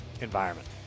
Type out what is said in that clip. environment